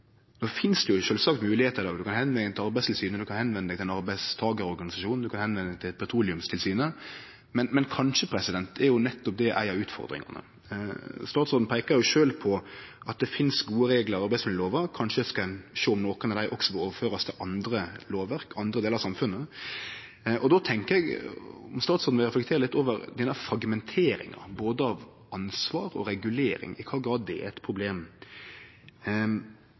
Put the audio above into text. til ein arbeidstakarorganisasjon, eller ein kan vende seg til Petroleumstilsynet, men kanskje er nettopp det ei av utfordringane. Statsråden peika jo sjølv på at det finst gode reglar i arbeidsmiljølova. Kanskje skal ein sjå på om nokon av dei også kan overførast til andre lovverk, til andre delar av samfunnet. Då spør eg om statsråden vil reflektere litt over denne fragmenteringa av både ansvar og regulering og i kva grad det er eit problem.